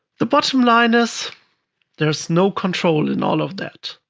the bottom line is there is no control in all of that,